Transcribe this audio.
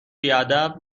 بیادب